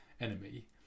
enemy